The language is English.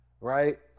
right